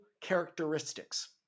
characteristics